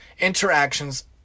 interactions